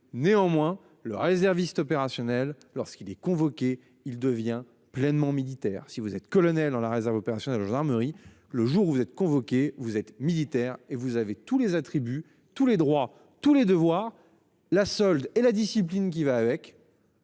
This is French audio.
Néanmoins, le réserviste opérationnel lorsqu'il est convoqué, il devient pleinement militaire si vous êtes colonel dans la réserve opérationnelle gendarmerie le jour où vous êtes convoqués, vous êtes militaire et vous avez tous les attributs tous les droits. Tous les devoirs. La solde et la discipline qui va avec.